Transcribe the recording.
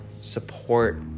support